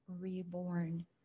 reborn